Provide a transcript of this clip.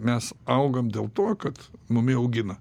mes augam dėl to kad mumi augina